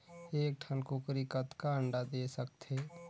एक ठन कूकरी कतका अंडा दे सकथे?